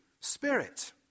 Spirit